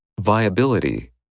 Viability